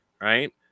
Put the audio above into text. right